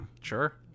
Sure